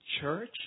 church